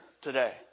today